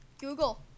Google